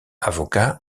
avocat